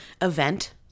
event